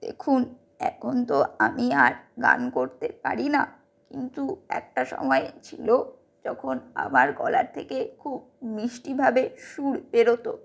দেখুন এখন তো আমি আর গান করতে পারি না কিন্তু একটা সময় ছিল যখন আমার গলার থেকে খুব মিষ্টিভাবে সুর বেরোতো